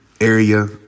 area